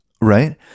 Right